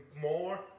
more